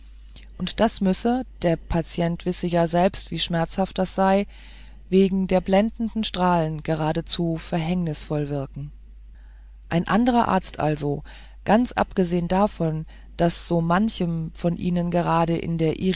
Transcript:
und das müsse der patient wisse ja selbst wie schmerzhaft es sei wegen der blendenden strahlen geradezu verhängnisvoll wirken ein andrer arzt also ganz abgesehen davon daß so manchem von ihnen gerade in der